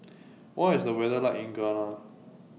What IS The weather like in Ghana